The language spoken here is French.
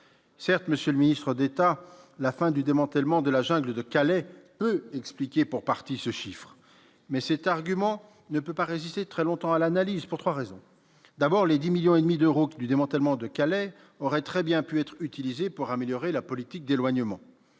monsieur le ministre d'État, la fin du démantèlement de la jungle de Calais expliquer pour partie ce chiffre, mais c'est un argument ne peut pas résister très longtemps à l'analyse pour 3 raisons : d'abord les 10 millions et demi d'euros du démantèlement de Calais aurait très bien pu être utilisé pour améliorer la politique d'éloignement,